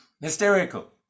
hysterical